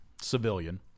civilian